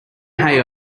hay